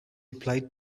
applied